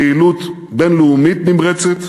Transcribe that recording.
פעילות בין-לאומית נמרצת,